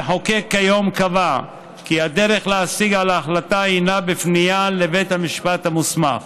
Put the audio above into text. המחוקק קבע כי הדרך להשיג על ההחלטה היא בפנייה לבית המשפט המוסמך.